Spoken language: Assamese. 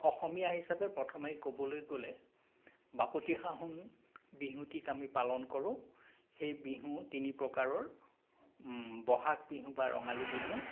অসমীয়া হিচাপে প্ৰথমেই ক'বলৈ গ'লে বাপতিসাহোন বিহুটিক আমি পালন কৰোঁ সেই বিহু তিনি প্ৰকাৰৰ বহাগ বিহু বা ৰঙালী বিহু